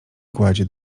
kładzie